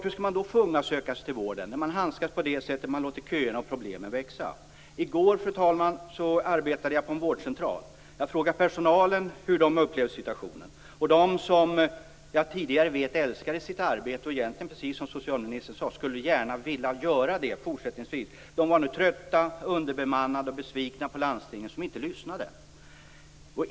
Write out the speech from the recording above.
Hur skall man då få unga att söka sig till vården när man handskas på det sättet att man låter köerna och problemen växa? I går, fru talman, arbetade jag på en vårdcentral. Jag frågade personalen hur den upplevde situationen. De som jag sedan tidigare vet älskade sitt arbete och egentligen, precis som ministern sade, gärna skulle vilja göra det fortsättningsvis var nu trötta och besvikna på landstinget som inte lyssnade.